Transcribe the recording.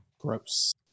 gross